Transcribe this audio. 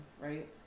right